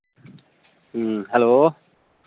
hello